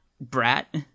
brat